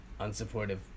unsupportive